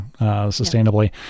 sustainably